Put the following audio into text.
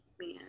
man